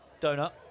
donut